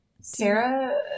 Sarah